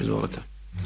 Izvolite.